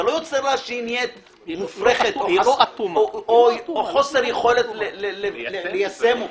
היא לא נהיית מופרכת או חוסר יכולת ליישם אותה.